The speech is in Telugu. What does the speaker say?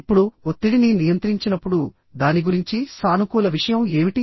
ఇప్పుడు ఒత్తిడిని నియంత్రించినప్పుడు దాని గురించి సానుకూల విషయం ఏమిటి